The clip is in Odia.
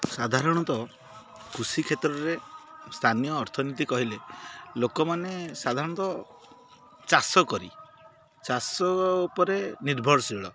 ସାଧାରଣତଃ କୃଷି କ୍ଷେତ୍ରରେ ସ୍ଥାନୀୟ ଅର୍ଥନୀତି କହିଲେ ଲୋକମାନେ ସାଧାରଣତଃ ଚାଷ କରି ଚାଷ ଉପରେ ନିର୍ଭରଶୀଳ